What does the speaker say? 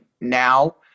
now